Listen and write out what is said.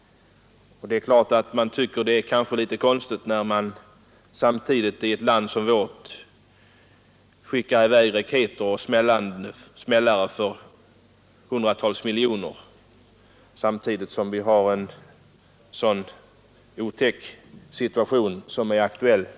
Man tycker att det är litet konstigt att det i ett land som vårt skickas i väg raketer och smällare för hundratals miljoner samtidigt som en så fruktansvärd situation som denna är aktuell.